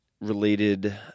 related